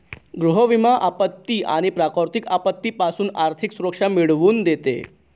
गृह विमा आपत्ती आणि प्राकृतिक आपत्तीपासून आर्थिक सुरक्षा मिळवून देते